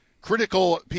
critical –